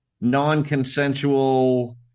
non-consensual